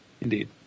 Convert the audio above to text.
Indeed